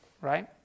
right